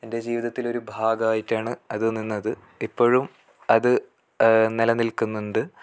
എൻ്റെ ജീവിതത്തിലൊരു ഭാഗമായിട്ടാണ് അത് നിന്നത് ഇപ്പോഴും അത് നിലനിൽക്കുന്നുണ്ട്